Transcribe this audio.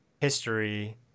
history